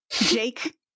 Jake